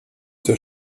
der